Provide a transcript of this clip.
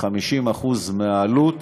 ב-50% מהעלות